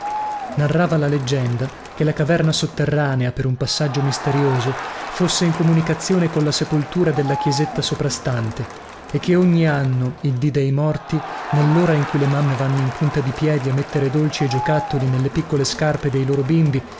narrava la leggenda che la caverna sotterranea per un passaggio misterioso fosse in comunicazione colla sepoltura della chiesetta soprastante e che ogni anno il dì dei morti nellora in cui le mamme vanno in punta di piedi a mettere dolci e giocattoli nelle piccole scarpe dei loro bimbi